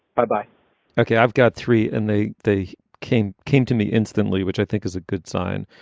bye bye okay. i've got three. and they they came came to me instantly, which i think is a good sign.